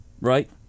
right